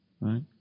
Right